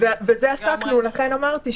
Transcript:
לגמרי נכון.